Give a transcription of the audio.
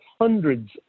hundreds